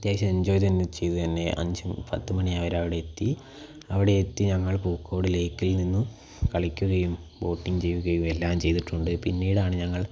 അത്യാവശ്യം എൻജോയ് തന്നെ ചെയ്ത് തന്നെ അഞ്ച് പത്തുമണിവരെ അവിടെ എത്തി അവിടെ എത്തി ഞങ്ങൾ പൂക്കോട് ലെയ്ക്കിൽ നിന്നും കളിക്കുകയും ബോട്ടിങ്ങ് ചെയ്യുകയും എല്ലാം ചെയ്തിട്ടുണ്ട് പിന്നീടാണ് ഞങ്ങൾ